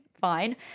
fine